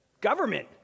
government